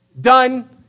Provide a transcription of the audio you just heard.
Done